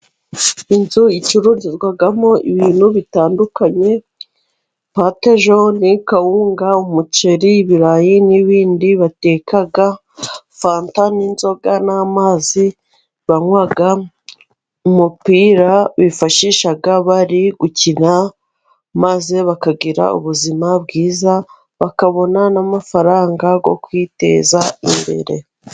Inzu icururizwamo ibintu bitandukanye, pate joni, kawunga, umuceri, ibirayi n'ibindi bateka. Fanta n'inzoga n'amazi banwa, umupira bifashisha bari gukina maze bakagira ubuzima bwiza, bakabona n'amafaranga yo kwiteza imbere.